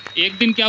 it but